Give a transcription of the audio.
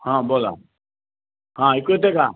हां बोला हां ऐकू येत आहे का